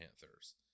Panthers